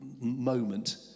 moment